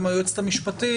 וגם היועצת המשפטית,